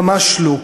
ממש לא.